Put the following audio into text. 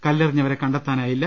കല്ലെറിഞ്ഞവരെ കണ്ടെത്താനായില്ല